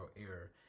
error